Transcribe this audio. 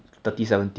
mmhmm